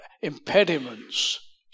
impediments